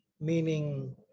meaning